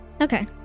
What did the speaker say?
Okay